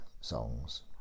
songs